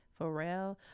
Pharrell